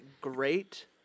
great